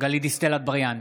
גלית דיסטל אטבריאן,